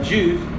Jews